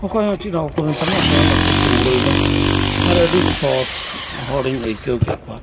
ᱚᱠᱚᱭ ᱦᱚᱸ ᱪᱮᱫ ᱦᱚᱸ ᱵᱟᱹᱠᱩ ᱢᱮᱛᱟᱢᱟ ᱵᱟᱹᱠᱩ ᱠᱩᱢᱲᱩᱭᱫᱟ ᱟᱨ ᱟᱹᱰᱤ ᱥᱚᱛ ᱦᱚᱲ ᱤᱧ ᱟᱹᱭᱠᱟᱹᱣ ᱠᱮᱫ ᱠᱚᱣᱟ